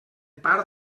part